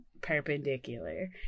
perpendicular